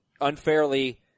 unfairly –